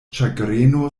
ĉagreno